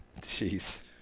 Jeez